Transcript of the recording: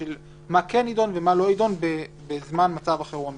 מה כן יידון ומה לא יידון בזמן מצב החירום המיוחד.